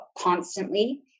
constantly